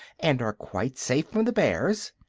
and are quite safe from the bears.